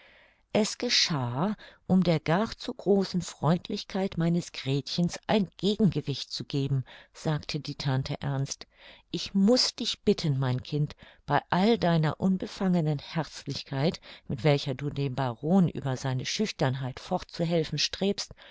es geschah um der gar zu großen freundlichkeit meines gretchens ein gegengewicht zu geben sagte die tante ernst ich muß dich bitten mein kind bei all deiner unbefangenen herzlichkeit mit welcher du dem baron über seine schüchternheit fortzuhelfen strebst